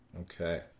Okay